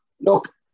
look